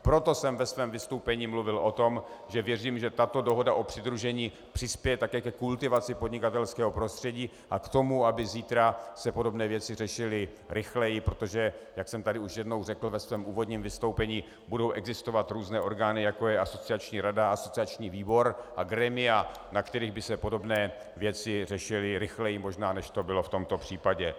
Proto jsem ve svém vystoupení mluvil o tom, že věřím, že tato dohoda o přidružení přispěje také ke kultivaci podnikatelského prostředí a k tomu, aby se zítra podobné věci řešily rychleji, protože jak už jsem tady jednou řekl ve svém úvodním vystoupení, budou existovat různé orgány, jako je asociační rada a asociační výbor a grémia, na kterých by se podobné věci řešily možná rychleji, než to bylo v tomto případě.